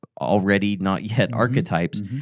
already-not-yet-archetypes